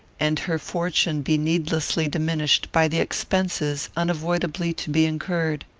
and her fortune be needlessly diminished by the expenses unavoidably to be incurred.